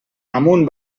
amunt